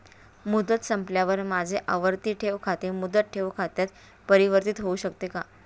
मुदत संपल्यावर माझे आवर्ती ठेव खाते मुदत ठेव खात्यात परिवर्तीत होऊ शकते का?